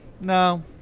no